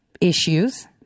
issues